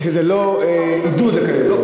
ושזה לא עידוד לדברים כאלה.